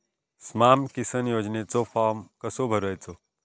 स्माम किसान योजनेचो फॉर्म कसो भरायचो?